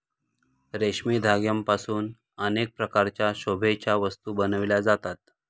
रेशमी धाग्यांपासून अनेक प्रकारच्या शोभेच्या वस्तू बनविल्या जातात